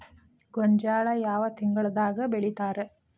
ಗೋಂಜಾಳ ಯಾವ ತಿಂಗಳದಾಗ್ ಬೆಳಿತಾರ?